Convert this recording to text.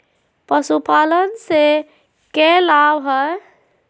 पशुपालन से के लाभ हय?